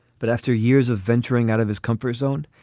but after years of venturing out of his comfort zone,